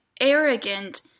arrogant